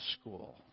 school